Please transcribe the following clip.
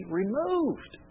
removed